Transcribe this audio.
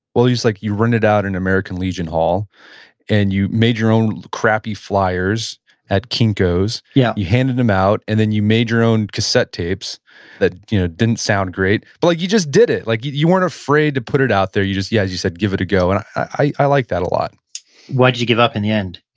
you like you rented out an american legion hall and you made your own crappy flyers at kinko's, yeah you handed them out and then you made your own cassette tapes that you know didn't sound great. but like you just did it. like you you weren't afraid to put it out there. you just, yeah as you said, give it a go. and i i like that a lot why did you give up in the end?